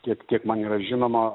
tiek kiek man yra žinoma